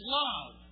love